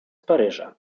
paryża